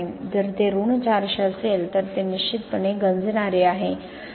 जर ते ऋण 400 असेल तर ते निश्चितपणे गंजणारे आहे